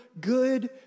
good